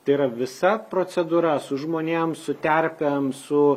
tai yra visa procedūra su žmonėm su terpėm su